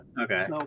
Okay